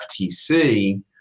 FTC